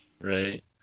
Right